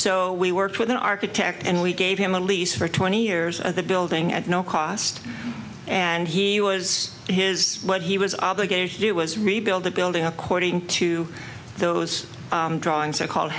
so we worked with an architect and we gave him a lease for twenty years of the building at no cost and he was his what he was obligated to do was rebuild the building according to those drawings are called